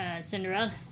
Cinderella